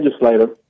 legislator